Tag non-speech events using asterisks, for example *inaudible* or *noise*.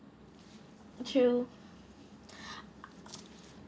true *breath*